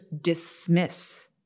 dismiss